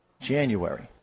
January